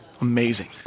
Amazing